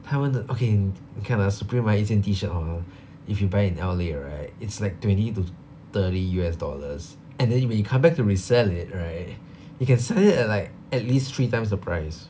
他们的 okay n~ 你看 ah Supreme ah 一件 tee shirt hor if you buy in L_A right it's like twenty to thirty U_S dollars and then when you come back to resell it right you can sell it at like at least three times the price